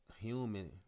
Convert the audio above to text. human